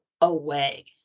away